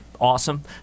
awesome